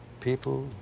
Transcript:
people